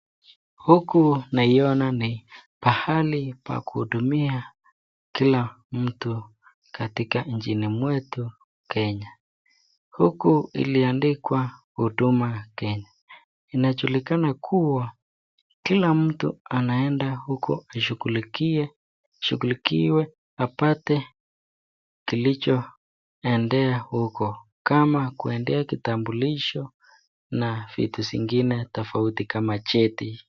Huku naiona ni pahali pa kuhudumia kila mtu katika nchini mwetu Kenya, huku imeandikwa huduma Kenya, inajulikana kuwa, kila mtu anaenda huku ili ashughulikiwe apate alicho endea huko, kama kuendea kitambulisho na vitu zingine tofauti kama cheti.